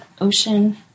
ocean